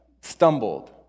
stumbled